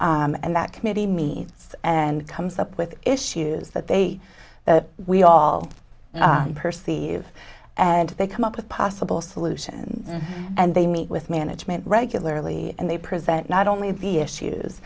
committee and that committee meets and comes up with issues that they that we all perceive and they come up with possible solution and they meet with management regularly and they present not only be issues